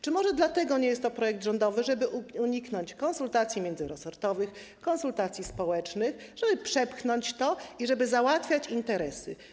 Czy może dlatego nie jest to projekt rządowy, żeby uniknąć konsultacji międzyresortowych, konsultacji społecznych, żeby przepchnąć to i żeby załatwiać interesy?